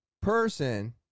person